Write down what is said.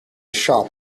shop